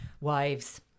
wives